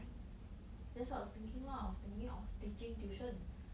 that's what I was thinking lah I was thinking of teaching tuition